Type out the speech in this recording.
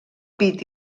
pit